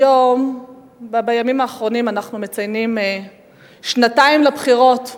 בימים האחרונים אנחנו מציינים שנתיים לבחירות.